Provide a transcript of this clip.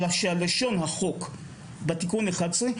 שלשון החוק בתיקון 11,